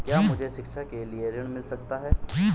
क्या मुझे शिक्षा के लिए ऋण मिल सकता है?